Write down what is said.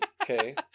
Okay